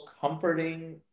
comforting